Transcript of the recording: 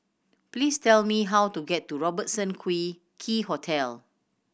please tell me how to get to Robertson Quay Hotel